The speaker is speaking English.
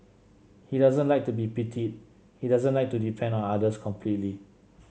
he doesn't like to be pitied he doesn't like to depend on others completely